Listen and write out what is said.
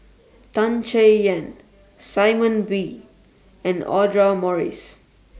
Tan Chay Yan Simon Wee and Audra Morrice